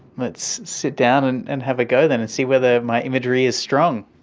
let's sit down and and have a go then and see whether my imagery is strong.